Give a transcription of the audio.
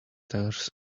tires